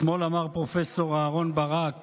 אתמול אמר פרופ' אהרן ברק